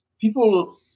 people